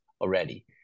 already